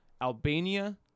Albania